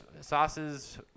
sauces